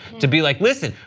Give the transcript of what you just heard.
to be like listen,